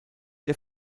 der